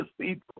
people